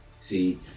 See